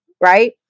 right